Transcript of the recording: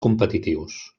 competitius